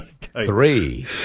Three